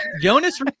Jonas